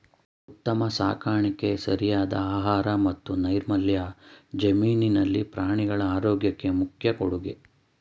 ಉತ್ತಮ ಸಾಕಾಣಿಕೆ ಸರಿಯಾದ ಆಹಾರ ಮತ್ತು ನೈರ್ಮಲ್ಯ ಜಮೀನಿನಲ್ಲಿ ಪ್ರಾಣಿಗಳ ಆರೋಗ್ಯಕ್ಕೆ ಮುಖ್ಯ ಕೊಡುಗೆ